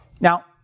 Now